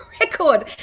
record